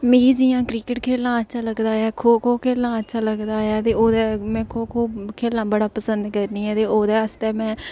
मिगी जि'यां क्रिकेट खेढना अच्छा लगदा ऐ खो खो खेढना अच्छा लगदा ऐ ते ओह्दे में खो खो खेढना बड़ा पसंद करनी ऐ ते ओह्दे आस्तै में